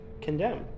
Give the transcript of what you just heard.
condemn